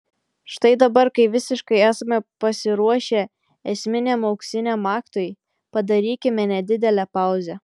štai dabar kai visiškai esame pasiruošę esminiam auksiniam aktui padarykime nedidelę pauzę